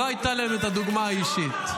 לא הייתה להם את הדוגמה האישית.